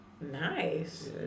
Nice